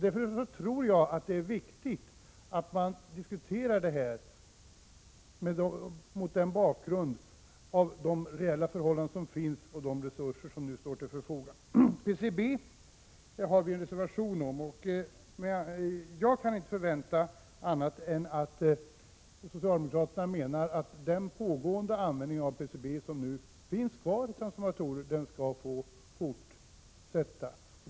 Därför tror jag att det är viktigt att diskutera det här mot bakgrund av de reella förhållanden som råder och de resurser som står till förfogande. PCB har vi en reservation om. Jag kan inte förvänta mig annat än att socialdemokraterna menar att den användning av PCB i transformatorer som fortfarande förekommer skall få fortsätta.